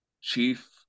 Chief